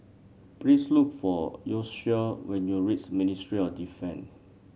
please look for Yoshio when you reach Ministry of Defence